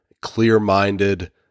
clear-minded